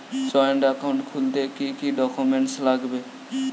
Joint account খুলতে কি কি ডকুমেন্টস লাগবে?